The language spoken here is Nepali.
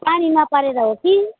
पानी न परेर हो कि